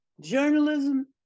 Journalism